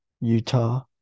Utah